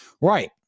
Right